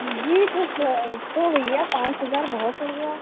جی تو تو بھیا پانچ ہزار بہت ہو گیا